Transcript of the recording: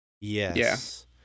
Yes